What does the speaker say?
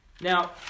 Now